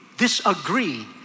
disagree